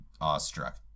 awestruck